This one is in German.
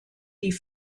die